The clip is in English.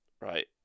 right